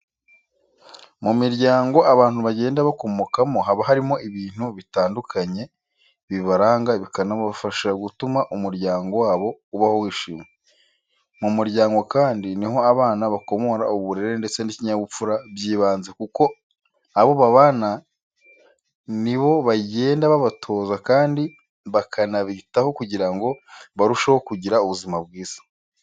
Mu miryango abantu bagenda bakomokamo haba harimo ibintu bitandukanye bibaranga bikanabafasha gutuma umuryango wabo ubaho wishimye. Mu muryango kandi ni ho abana bakomora uburere ndetse n'ikinyabupfura by'ibanze kuko abo babana ni bo bagenda babatoza kandi bakanabitaho kugira ngo barusheho kugira ubuzima bwiza.